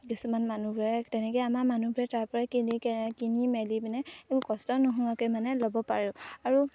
কিছুমান মানুহবোৰে তেনেকৈ আমাৰ মানুহবোৰে তাৰপৰা কিনি কিনি মেলি মানে একো কষ্ট নোহোৱাকৈ মানে ল'ব পাৰোঁ আৰু